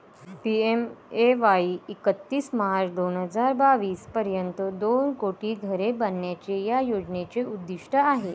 PMAY एकतीस March हजार बावीस पर्यंत दोन कोटी घरे बांधण्याचे या योजनेचे उद्दिष्ट आहे